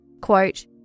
Quote